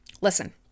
listen